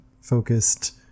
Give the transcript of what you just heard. focused